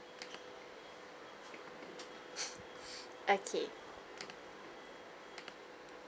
okay